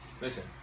Listen